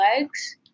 legs